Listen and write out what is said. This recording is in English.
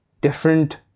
different